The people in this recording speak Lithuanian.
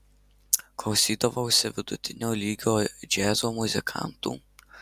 klausydavausi vidutinio lygio džiazo muzikantų